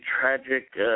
tragic